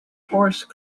horse